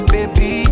Baby